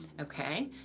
Okay